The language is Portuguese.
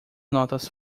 notas